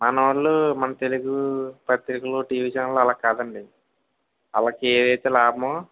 మన వాళ్ళు మన తెలుగు పత్రికలూ టీవీ చాలానాళ్ళు అలాగ కాదండి ఆళ్ళకి ఏదైతే లాభమో